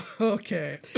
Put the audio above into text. Okay